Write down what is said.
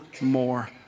more